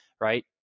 right